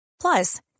Plus